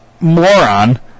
moron